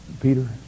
Peter